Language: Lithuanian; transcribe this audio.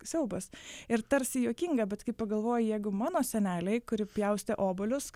siaubas ir tarsi juokinga bet kai pagalvoji jeigu mano senelei kuri pjaustė obuolius